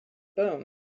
boomed